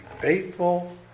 faithful